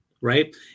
right